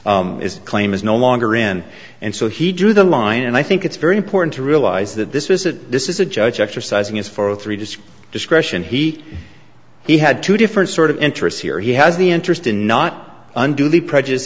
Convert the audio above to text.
is claim is no longer in and so he drew the line and i think it's very important to realize that this was a this is a judge exercising his for three disc discretion he he had two different sort of interests here he has the interest in not unduly prejudice